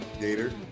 Gator